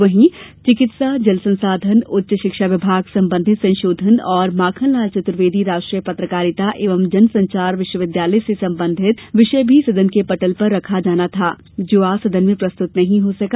वहीं चिकित्सा जल संसाधन उच्च शिक्षा विभाग संबंधित संशोधन और माखनलाल चतुर्वेदी राष्ट्रीय पत्रकारिता एवं संचार विश्वविद्यालय से संबंधित विषय भी सदन के पटल पर रखा जाना था जो आज सदन में प्रस्तुत नहीं हो सका